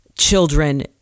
children